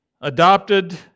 Adopted